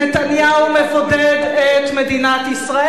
נתניהו מבודד את מדינת ישראל.